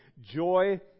Joy